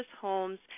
homes